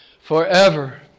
forever